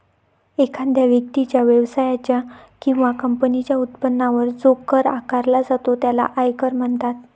एखाद्या व्यक्तीच्या, व्यवसायाच्या किंवा कंपनीच्या उत्पन्नावर जो कर आकारला जातो त्याला आयकर म्हणतात